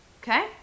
okay